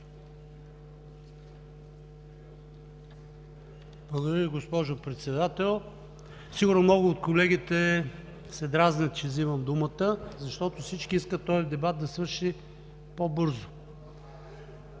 Благодаря Ви, госпожо Председател. Сигурно много от колегите се дразнят, че взимам думата, защото всички искат този дебат да свърши по-бързо.